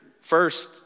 First